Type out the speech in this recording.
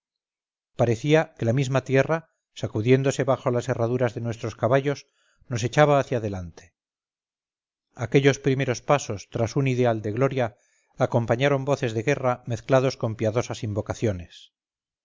parecía que la misma tierra sacudiéndose bajo las herraduras de nuestros caballos nos echaba hacia adelante aquellos primeros pasos tras un ideal de gloria acompañaron voces de guerra mezcladas con piadosas invocaciones